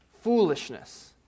Foolishness